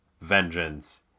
vengeance